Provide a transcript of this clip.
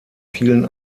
vielen